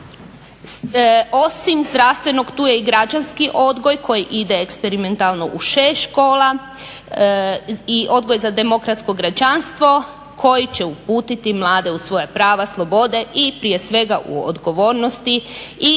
Osim zdravstvenog tu je i građanski odgoj koji ide eksperimentalno u šest škola i odgoj za demokratsko građanstvo koji će uputiti mlade u svoja prava, slobode i prije svega u odgovornosti i poučiti